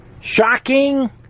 Shocking